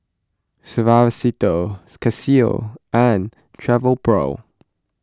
Suavecito Casio and Travelpro